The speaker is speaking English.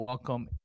Welcome